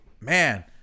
man